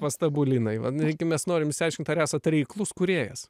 pastabų linai gi mes norim išsiaiškint ar esat reiklus kūrėjas